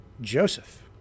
Joseph